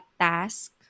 task